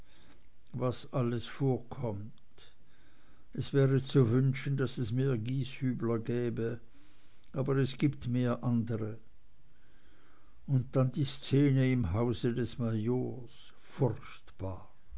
was alles vorkommt es wäre zu wünschen daß es mehr gieshübler gäbe es gibt aber mehr andere und dann die szene im hause des majors furchtbar